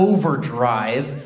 Overdrive